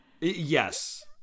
Yes